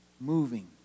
moving